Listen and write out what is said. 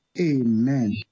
Amen